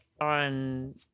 on